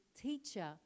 teacher